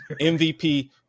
MVP